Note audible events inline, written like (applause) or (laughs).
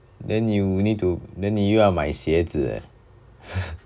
then you need to 你又要买鞋子 eh (laughs)